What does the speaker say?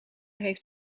heeft